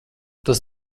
tas